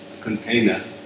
container